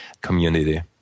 community